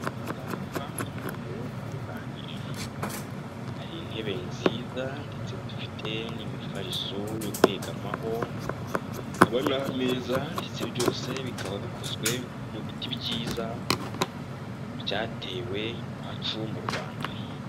Aha ngaha ni mu ruganiriro hari intebe nziza ndetse dufite n'imifariso yo kwegamaho, hakaba n'ameza ndetse byose bikaba bikozwe mu biti byiza byatewe iwacu mu Rwanda.